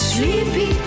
Sleepy